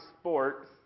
sports